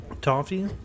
toffee